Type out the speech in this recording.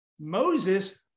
Moses